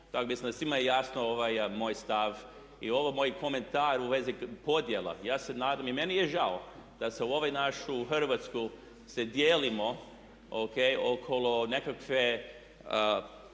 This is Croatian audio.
mislim da je svima jasan moj stav. I ovaj moj komentar u svezi podjela, ja se nadam i meni je žao da se u ovu našu Hrvatsku se dijelimo oko nekakve